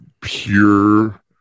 pure